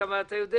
תודה.